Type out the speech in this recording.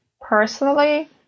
personally